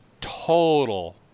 total